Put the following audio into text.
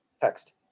Text